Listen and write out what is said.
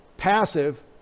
passive